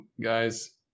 guys